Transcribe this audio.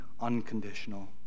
unconditional